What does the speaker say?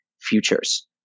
futures